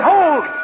Hold